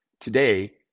Today